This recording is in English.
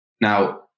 Now